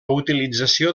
utilització